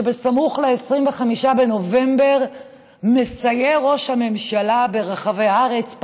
שבסמוך ל-25 בנובמבר מסייר ראש הממשלה ברחבי הארץ,